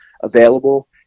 available